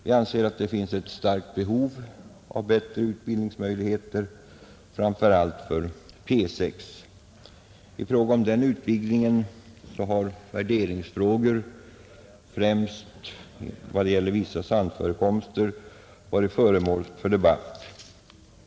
Vi anser att det finns ett starkt behov av bättre utbildningsmöjligheter, framför allt för P 6. I fråga om denna utvidgning har värderingsfrågor, främst vad gäller vissa sandförekomster, varit föremål för debatt.